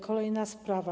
Kolejna sprawa.